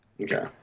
Okay